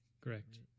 correct